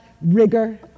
rigor